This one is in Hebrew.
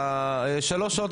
שלוש שעות,